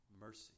Mercy